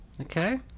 Okay